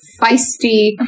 feisty